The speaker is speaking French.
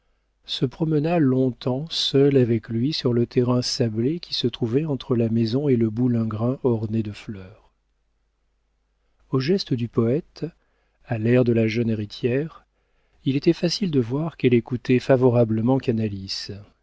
se promena longtemps seule avec lui sur le terrain sablé qui se trouvait entre la maison et le boulingrin orné de fleurs aux gestes du poëte à l'air de la jeune héritière il était facile de voir qu'elle écoutait favorablement canalis